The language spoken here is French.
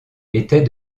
était